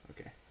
Okay